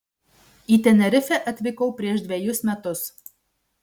į tenerifę atvykau prieš dvejus metus